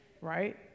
right